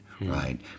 right